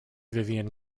vivian